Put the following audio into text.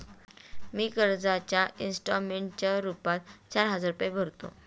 मी कर्जाच्या इंस्टॉलमेंटच्या रूपात चार हजार रुपये भरतो